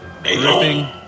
Ripping